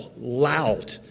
loud